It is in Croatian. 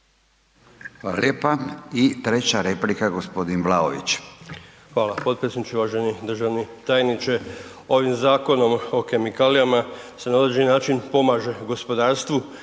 Hvala lijepa. I treća replika gospodin Vlaović.